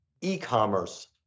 e-commerce